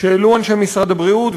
שהעלו אנשי משרד הבריאות,